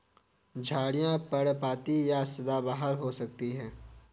झाड़ियाँ पर्णपाती या सदाबहार हो सकती हैं